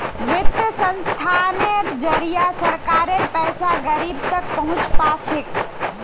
वित्तीय संस्थानेर जरिए सरकारेर पैसा गरीब तक पहुंच पा छेक